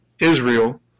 Israel